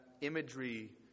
imagery